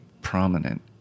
prominent